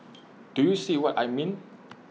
do you see what I mean